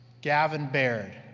gavin baird.